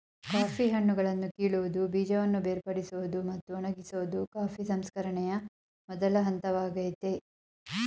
coffee ಹಣ್ಣುಗಳನ್ನು ಕೀಳುವುದು ಬೀಜವನ್ನು ಬೇರ್ಪಡಿಸೋದು ಮತ್ತು ಒಣಗಿಸೋದು ಕಾಫಿ ಸಂಸ್ಕರಣೆಯ ಮೊದಲ ಹಂತವಾಗಯ್ತೆ